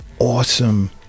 awesome